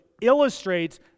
illustrates